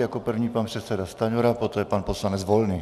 Jako první pan předseda Stanjura, poté pan poslanec Volný.